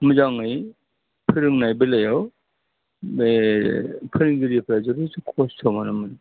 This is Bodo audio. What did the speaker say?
मोजाङै फोरोंनाय बेलायाव बे फोरोंगिरिफोरा जथेस्त' कस्त' मोनोमोन